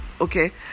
Okay